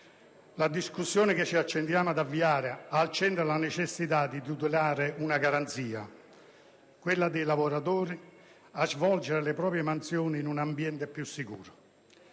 La discussione che ci accingiamo ad avviare ha al centro la necessità di tutelare la garanzia dei lavoratori a svolgere le proprie mansioni in un ambiente più sicuro.